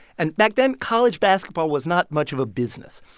and back then, college basketball was not much of a business.